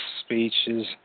speeches